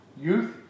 youth